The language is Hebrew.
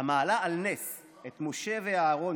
המעלה על נס את משה ואהרון,